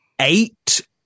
eight